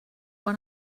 when